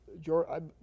George